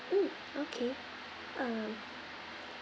mm okay um